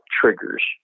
triggers